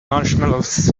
marshmallows